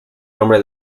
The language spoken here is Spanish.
nombre